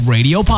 Radio